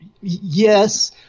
Yes